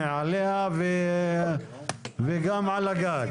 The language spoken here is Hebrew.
מעליה וגם על הגג.